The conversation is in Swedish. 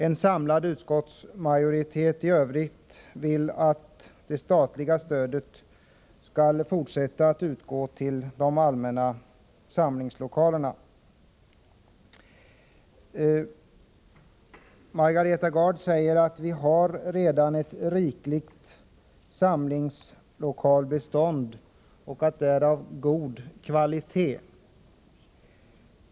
En samlad utskottsmajoritet i Övrigt vill att det statliga stödet skall fortsätta att utgå till de allmänna samlingslokalerna. Margareta Gard säger att vi redan har ett rikligt samlingslokalsbestånd och att det är av god kvalitet.